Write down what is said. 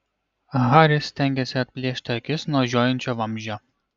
haris stengėsi atplėšti akis nuo žiojinčio vamzdžio